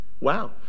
Wow